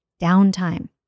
downtime